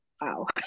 wow